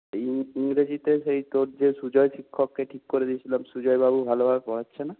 ইংরেজিতে সেই তোর যে সুজয় শিক্ষককে ঠিক করে দিয়েছিলাম সুজয়বাবু ভালোভাবে পড়াচ্ছে না